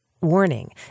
Warning